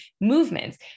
movements